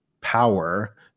power